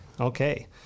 Okay